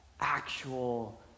actual